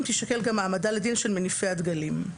תישקל גם העמדה לדין של מניפי הדגלים.